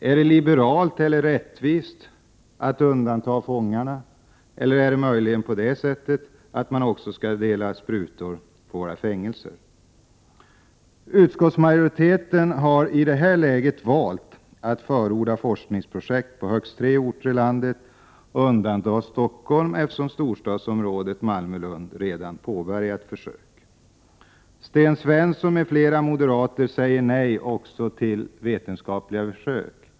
Är det liberalt eller rättvist att undanta fångarna? Eller är det möjligen så att man skall dela ut sprutor också på fängelserna? Prot. 1988/89:105 Utskottsmajoriteten har i det här läget valt att förorda forskningsprojekt — 27 april 1989 på högst tre orter i landet och undantar Stockholm, eftersom storstadsområdet Malmö-Lund redan påbörjat försök. Sten Svensson m.fl. moderater säger också nej till vetenskapliga försök.